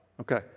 Okay